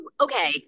Okay